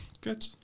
Good